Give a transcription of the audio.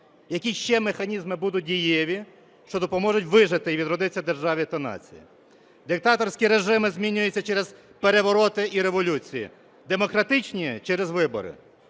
які ще механізми будуть дієві, що допоможуть вижити і відродитись державі та нації? Диктаторські режими змінюються через перевороти і революції, демократичні через вибори.